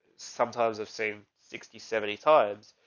sometimes of same sixty seventy times.